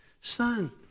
son